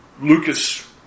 Lucas